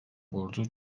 ordu